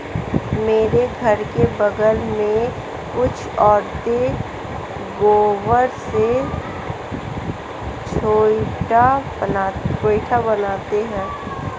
मेरे घर के बगल में कुछ औरतें गोबर से गोइठा बनाती है